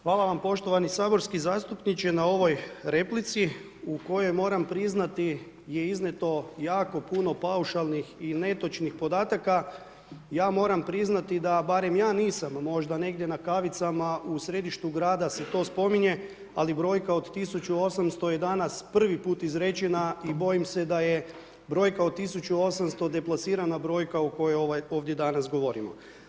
Hvala vam poštovani saborski zastupniče na ovoj replici, u kojoj moram priznati je iznijeto jako puno paušalnih i netočnih podataka ja moram priznati, da barem ja nisam, možda negdje na kavicama u središtu grada se to spominje, ali brojka od 1800 je danas prvi put izrečena i bojim se da je brojka od 1800 deplasirana brojka o kojoj danas govorimo.